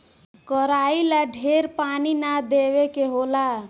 कराई ला ढेर पानी ना देवे के होला